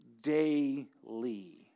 daily